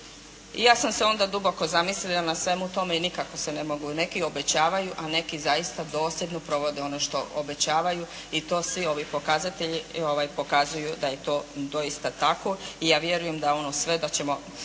ja sam se onda duboko zamislila na svemu tome, i nikako se ne mogu, neki obećavaju a neki zaista dosljedno provode ono što obećavaju i to svi ovi pokazatelji pokazuju da je to doista tako. I ja vjerujem da ono sve, da će,